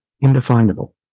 indefinable